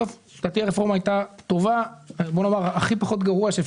הסברתי את זה אבל ראיתי שאין רוב,